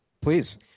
Please